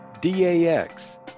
dax